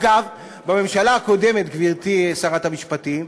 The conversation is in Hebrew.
אגב, בממשלה הקודמת, גברתי שרת המשפטים,